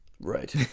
Right